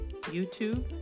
YouTube